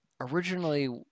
originally